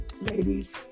ladies